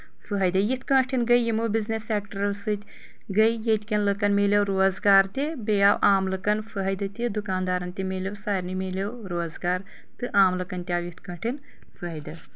فٲیِدٕ یتھ کٲٹھۍ گٔے یمو بزنِس سیٚکٹرو سۭتۍ گٔے ییٚتہِ کٮ۪ن لُکن ملیو روزگار تہِ بییٚہِ آو عام لُکن فٲیِدٕ تہِ دکاندارن تہِ مِلیو سارنٕے میلیو روزگار تہٕ عام لُکن تہِ آو یتھ کٲٹھۍ فٲیِدٕ